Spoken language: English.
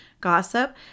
gossip